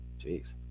Jeez